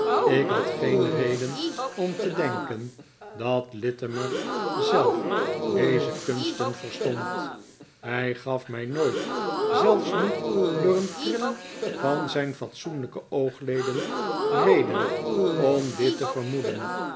ik had geen reden om te denken dat littimer zelf deze kunsten verstond hij gaf mij nooit zelfs niet door een trillen van zijn fatsoenlijke oogleden reden om dit te vermoeden